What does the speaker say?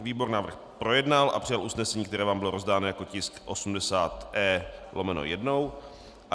Výbor návrh projednal a přijal usnesení, které vám bylo rozdáno jako tisk 80E/1.